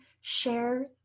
share